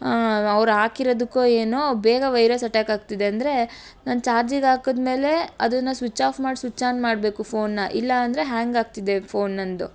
ಅವ್ರು ಹಾಕಿರೋದಕ್ಕೊ ಏನೋ ಬೇಗ ವೈರಸ್ ಅಟ್ಯಾಕ್ ಆಗ್ತಿದೆ ಅಂದರೆ ನಾನು ಚಾರ್ಜಿಗೆ ಹಾಕಿದ್ಮೇಲೇ ಅದನ್ನು ಸ್ವಿಚ್ ಆಫ್ ಮಾಡಿ ಸ್ವಿಚ್ ಆನ್ ಮಾಡಬೇಕು ಫೋನನ್ನ ಇಲ್ಲ ಅಂದರೆ ಹ್ಯಾಂಗ್ ಆಗ್ತಿದೆ ಫೋನ್ ನನ್ನದು